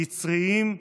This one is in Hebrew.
יצריים.